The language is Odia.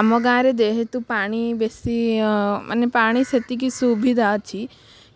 ଆମ ଗାଁରେ ଯେହେତୁ ପାଣି ବେଶୀ ମାନେ ପାଣି ସେତିକି ସୁବିଧା ଅଛି